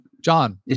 john